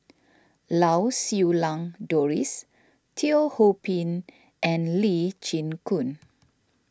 Lau Siew Lang Doris Teo Ho Pin and Lee Chin Koon